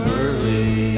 early